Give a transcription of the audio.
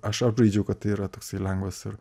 aš abžaidžiau kad tai yra toksai lengvas ir